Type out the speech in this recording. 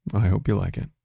i hope you like it